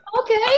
okay